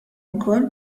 ukoll